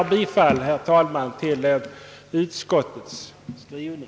Jag ber att få yrka bifall till utskottets hemställan.